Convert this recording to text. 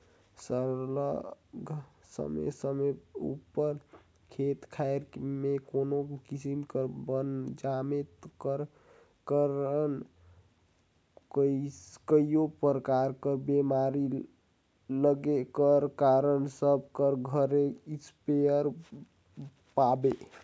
सरलग समे समे उपर खेत खाएर में कोनो किसिम कर बन जामे कर कारन कइयो परकार कर बेमारी लगे कर कारन सब कर घरे इस्पेयर पाबे